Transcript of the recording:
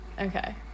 Okay